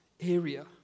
area